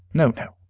no, no,